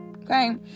Okay